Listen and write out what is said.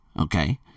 Okay